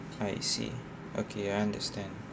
I see okay I understand